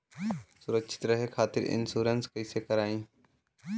सुरक्षित रहे खातीर इन्शुरन्स कईसे करायी?